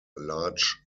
large